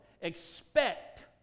expect